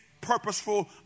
purposeful